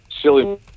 silly –